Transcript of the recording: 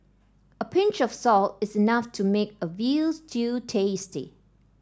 a pinch of salt is enough to make a veal stew tasty